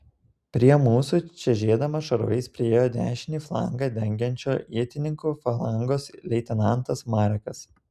prie mūsų čežėdamas šarvais priėjo dešinį flangą dengiančio ietininkų falangos leitenantas marekas